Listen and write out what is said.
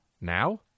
Now